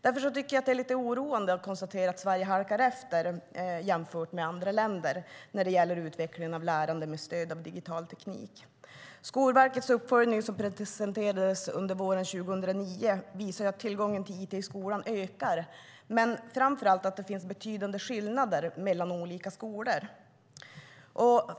Därför tycker jag att det är lite oroande att konstatera att Sverige halkar efter jämfört med andra länder när det gäller utvecklingen av lärande med stöd av digital teknik. Skolverkets uppföljning, som presenterades under våren 2009, visar att tillgången till it i skolan ökar men framför allt att det finns betydande skillnader mellan olika skolor.